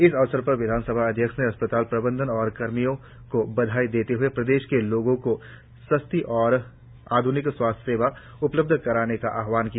इस अवसर पर विधानसभा अध्यक्ष ने अस्पताल प्रबंधन और कर्मियों को बधाई देते हए प्रदेश के लोगों को सस्ती और आध्निक स्वास्थ्य सेवा उपलब्ध कराने का आहवान किया